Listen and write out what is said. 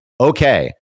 okay